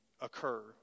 occur